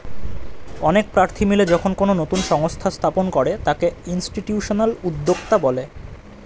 অনেক প্রার্থী মিলে যখন কোনো নতুন সংস্থা স্থাপন করে তাকে ইনস্টিটিউশনাল উদ্যোক্তা বলে